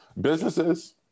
Businesses